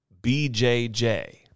BJJ